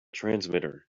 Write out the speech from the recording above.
transmitter